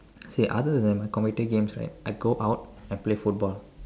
see other than my computer games right I go out I play football